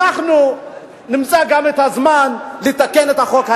אנחנו גם נמצא את הזמן לתקן את החוק.